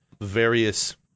various